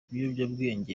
ibiyobyabwenge